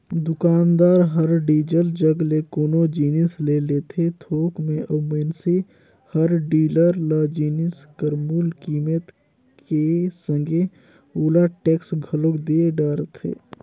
दुकानदार हर डीलर जग ले कोनो जिनिस ले लेथे थोक में अउ मइनसे हर डीलर ल जिनिस कर मूल कीमेत के संघे ओला टेक्स घलोक दे डरथे